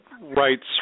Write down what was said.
rights